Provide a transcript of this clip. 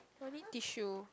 don't need tissue